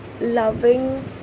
loving